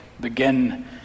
begin